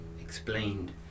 explained